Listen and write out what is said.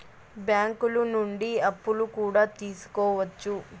బ్యాంకులు నుండి అప్పులు కూడా తీసుకోవచ్చు